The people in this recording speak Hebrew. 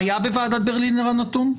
היה בוועדת ברלינר הנתון?